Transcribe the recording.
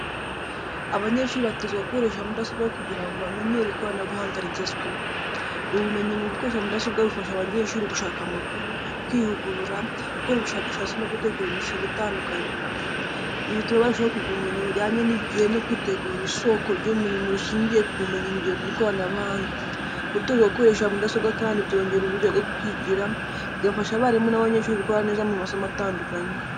Abanyeshuri batozwa gukoresha mudasobwa kugira ngo bamenyere ikoranabuhanga rigezweho. Ubumenyi mu gukoresha mudasobwa bufasha abanyeshuri gushaka amakuru, kwihugura, gukora ubushakashatsi no gutegura imishinga itandukanye. Ibi bituma barushaho kugira ubumenyi bujyanye n’igihe no kwitegura isoko ry’umurimo rishingiye ku bumenyingiro n’ikoranabuhanga. Gutozwa gukoresha mudasobwa kandi byongera uburyo bwo kwigira, bigafasha abarimu n’abanyeshuri gukorana neza mu masomo atandukanye.